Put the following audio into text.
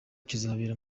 kizabera